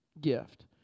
gift